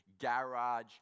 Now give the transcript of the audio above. garage